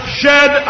shed